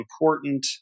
important